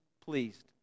pleased